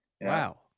Wow